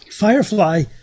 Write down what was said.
Firefly